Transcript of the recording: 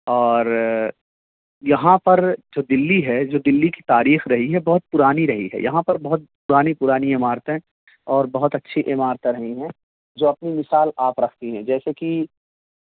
اور یہاں پر جو دلی ہے جو دلی کی تاریخ رہی ہے بہت پرانی رہی ہے یہاں پر بہت پرانی پرانی عمارتیں اور بہت اچھی عمارتیں رہی ہیں جو اپنی مثال آپ رکھتی ہیں جیسے کہ